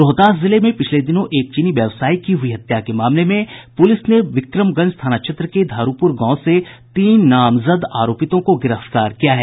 रोहतास जिले में पिछले दिनों एक चीनी व्यवसायी की हुई हत्या के मामले में पुलिस ने बिक्रमगंज थाना क्षेत्र के धारुपुर गांव से तीन नामजद आरोपितों को गिरफ्तार किया है